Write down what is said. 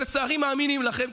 שלצערי מאמינים לכם,